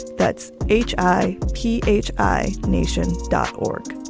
that's h i p h i nacion dot org.